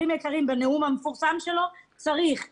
בנאום המפורסם שלו הוא אמר: צריך דם,